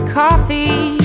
coffee